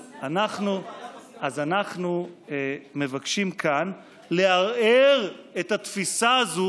אז אנחנו מבקשים כאן לערער את התפיסה הזו